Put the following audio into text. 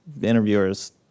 interviewers